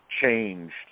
changed